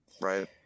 right